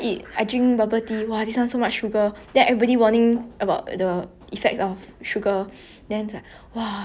!wah! then how many calories this [one] have I mean it's not like I 我我会去算有多少 calories but